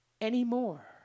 anymore